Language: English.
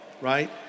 right